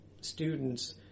students